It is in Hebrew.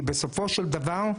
כי בסופו של דבר,